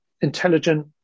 intelligent